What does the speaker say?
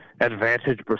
advantage